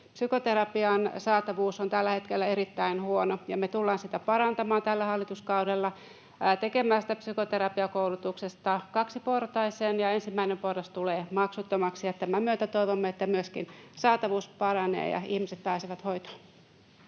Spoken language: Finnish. Psykoterapian saatavuus on tällä hetkellä erittäin huono, ja me tullaan sitä parantamaan tällä hallituskaudella, tekemään psykoterapiakoulutuksesta kaksiportainen, ja ensimmäinen porras tulee maksuttomaksi. Tämän myötä toivomme, että myöskin saatavuus paranee ja ihmiset pääsevät hoitoon.